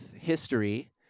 history